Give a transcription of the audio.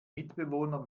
mitbewohner